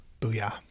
booyah